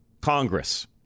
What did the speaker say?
Congress